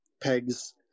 pegs